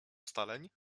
ustaleń